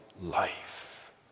life